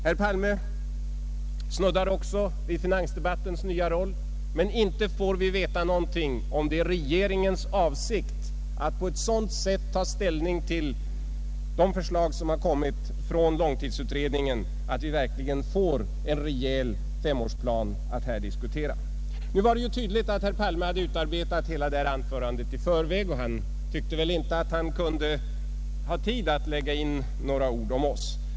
Herr Palme snuddade också vid finansdebattens nya roll, men vi får inte veta något om huruvida det är regeringens avsikt att på ett sådant sätt ta ställning till det förslag som kommit från långtidsutredningen, att vi verkligen får en rejäl femårsplan att här diskutera. Det är tydligt att herr Palme hade utarbetat hela detta anförande i förväg, och han tyckte väl inte att han hade tid att lägga in några ord om oss.